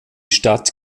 stadt